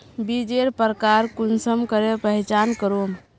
बीजेर प्रकार कुंसम करे पहचान करूम?